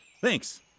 Thanks